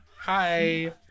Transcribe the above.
hi